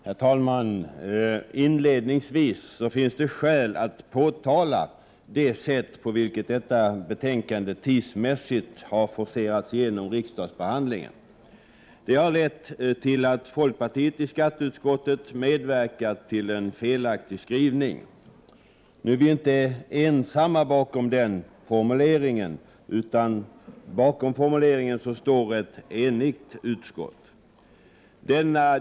Herr talman! Inledningsvis finns det skäl att påtala det sätt på vilket riksdagsbehandlingen av detta ärende har forcerats. Det har lett till att folkpartiet i skatteutskottet har medverkat till en felaktig skrivning. Vi är visserligen inte ensamma om den formuleringen, utan bakom den står ett enigt utskott.